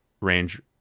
range